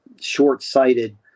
short-sighted